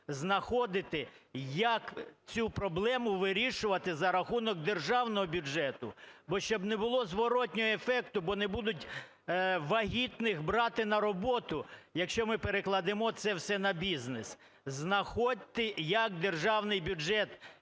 знаходити, як цю проблему вирішувати за рахунок державного бюджету. Бо, щоб не було зворотного ефекту, бо не будуть вагітних брати на роботу, якщо ми перекладемо це все на бізнес. Знаходьте, як державний бюджет